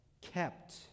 kept